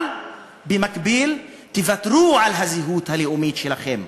אבל במקביל תוותרו על הזהות הלאומית שלכם,